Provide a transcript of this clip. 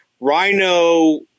Rhino